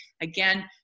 Again